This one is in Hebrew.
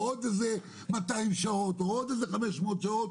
או עוד איזה 200 שעות או עוד איזה 500 שעות,